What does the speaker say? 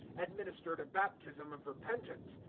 administered a baptism of repentance,